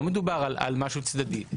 לא מדובר על משהו צדדי.